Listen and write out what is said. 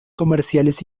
comerciales